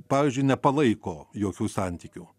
pavyzdžiui nepalaiko jokių santykių